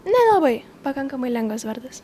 nelabai pakankamai lengvas vardas